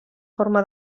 forma